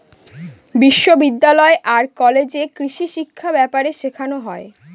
বিশ্ববিদ্যালয় আর কলেজে কৃষিশিক্ষা ব্যাপারে শেখানো হয়